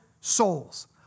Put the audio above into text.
souls